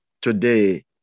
today